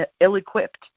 ill-equipped